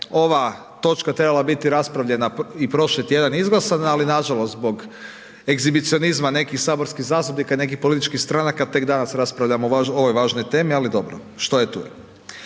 ova točka trebala biti raspravljena i prošli tjedan izglasana, ali nažalost zbog egzibicionizma nekih saborskih zastupnika i nekih političkih stranaka, tek danas raspravljamo o ovoj važnoj temi, ali dobro, što je, tu